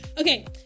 Okay